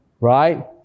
right